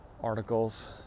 articles